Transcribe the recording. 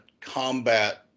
combat